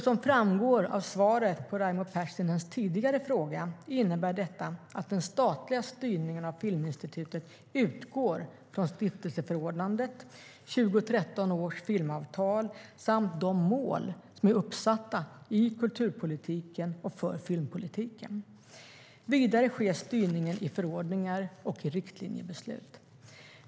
Som framgår av svaret på Raimo Pärssinens tidigare fråga innebär detta att den statliga styrningen av Filminstitutet utgår från stiftelseförordnandet, 2013 års filmavtal samt de mål som är uppsatta för kulturpolitiken och för filmpolitiken. Vidare sker styrningen i förordningar och i riktlinjebeslut.